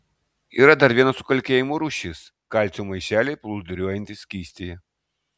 yra dar viena sukalkėjimo rūšis kalcio maišeliai plūduriuojantys skystyje